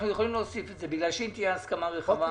יכולים להוסיף את זה כי אם תהיה הסכמה רחבה,